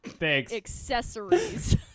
accessories